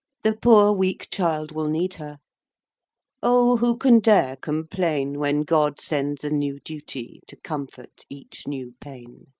the poor weak child will need her o, who can dare complain, when god sends a new duty to comfort each new pain!